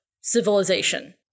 civilization